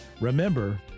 remember